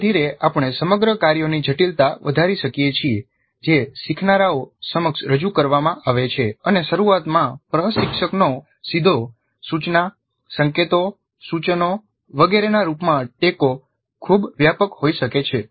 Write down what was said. ધીરે ધીરે આપણે સમગ્ર કાર્યોની જટિલતા વધારી શકીએ છીએ જે શીખનારાઓ સમક્ષ રજૂ કરવામાં આવે છે અને શરૂઆતમાં પ્રશિક્ષકનો સીધો સૂચના સંકેતો સૂચનો વગેરેના રૂપમાં ટેકો ખૂબ વ્યાપક હોઈ શકે છે